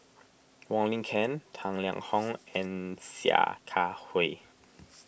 Wong Lin Ken Tang Liang Hong and Sia Kah Hui